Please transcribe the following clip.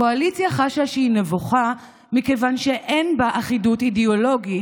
הקואליציה חשה שהיא נבוכה מכיוון שאין בה אחידות אידיאולוגית